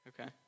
okay